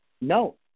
no